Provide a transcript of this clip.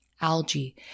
Algae